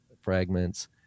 fragments